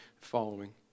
following